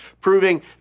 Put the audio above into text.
proving